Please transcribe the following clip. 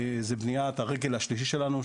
זו בניית הרגל השלישית שלנו,